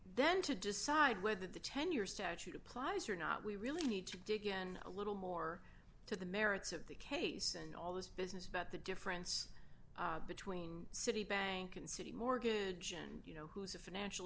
then to decide whether the ten year statute applies or not we really need to dig in a little more to the merits of the case and all this business about the difference between citibank and citi mortgage and you know who is a financial